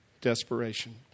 desperation